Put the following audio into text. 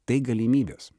tai galimybės